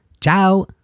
Ciao